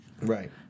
Right